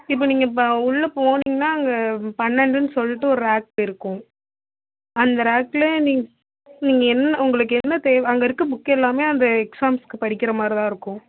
இப்போ நீங்கள் இப்போ உள்ளே போனீங்கன்னால் அங்கே பன்னெண்டுன்னு சொல்லிட்டு ஒரு ரேக் இருக்கும் அந்த ரேக்கில் நீங்கள் நீங்கள் என்ன உங்களுக்கு என்ன தேவை அங்கே இருக்கற புக் எல்லாமே அந்த எக்ஸாமுக்கு படிக்கிற மாதிரிதான் இருக்கும்